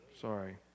Sorry